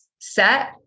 set